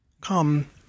Come